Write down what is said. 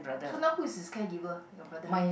so now who is his caregiver your brother